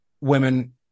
women